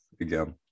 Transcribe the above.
again